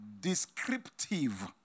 descriptive